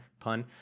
pun